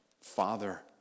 father